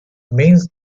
means